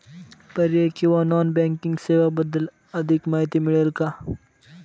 पर्यायी किंवा non banking सेवांबद्दल अधिक माहिती मिळेल का?